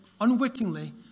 unwittingly